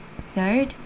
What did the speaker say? Third